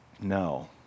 no